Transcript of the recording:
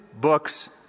books